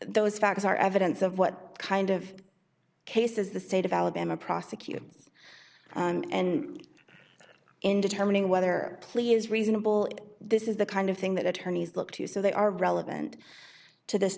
those facts are evidence of what kind of cases the state of alabama prosecute and in determining whether plea is reasonable this is the kind of thing that attorneys look to so they are relevant to this